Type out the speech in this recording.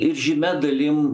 ir žymia dalim